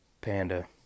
Panda